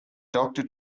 doctor